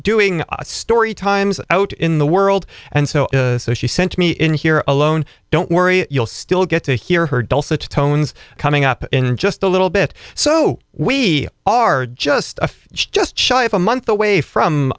doing story times out in the world and so so she sent me in here alone don't worry you'll still get to hear her dulcet tones coming up in just a little bit so we are just a few just shy of a month away from